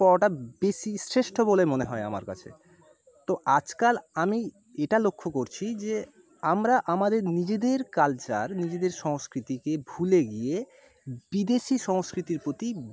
পরাটা বেশি শ্রেষ্ঠ বলে মনে হয় আমার কাছে তো আজকাল আমি এটা লক্ষ্য করছি যে আমরা আমাদের নিজেদের কালচার নিজেদের সংস্কৃতিকে ভুলে গিয়ে বিদেশি সংস্কৃতির প্রতি